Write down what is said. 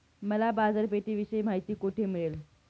मला बाजारपेठेविषयी माहिती कोठे मिळेल?